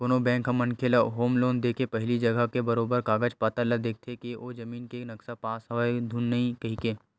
कोनो बेंक ह मनखे ल होम लोन देके पहिली जघा के बरोबर कागज पतर ल देखथे के ओ जमीन के नक्सा पास हवय धुन नइते कहिके